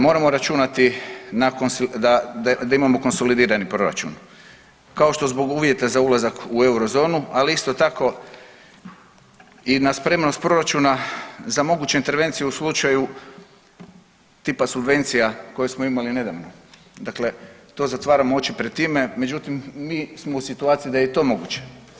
Moramo računati da imamo konsolidirani proračun, kao što zbog uvjeta za ulazak u Eurozonu, ali isto tako i na spremnost proračuna za moguću intervenciju u slučaju tipa subvencija koje smo imali nedavno, dakle to zatvaramo oči pred time, međutim mi smo u situaciji da je i to moguće.